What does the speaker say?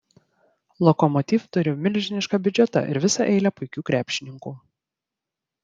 lokomotiv turi milžinišką biudžetą ir visą eilę puikių krepšininkų